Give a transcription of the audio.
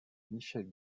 michèle